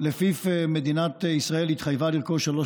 שלפיו מדינת ישראל התחייבה לרכוש שלוש